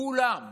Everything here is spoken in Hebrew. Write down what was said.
שכולם